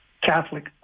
Catholic